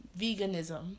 veganism